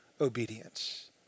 obedience